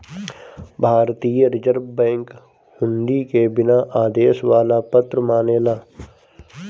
भारतीय Reserve Bank हुंडी के बिना आदेश वाला पत्र मानेला